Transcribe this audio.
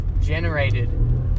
generated